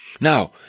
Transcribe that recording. Now